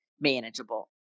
manageable